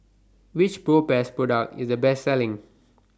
Which Propass Product IS The Best Selling